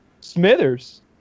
Smithers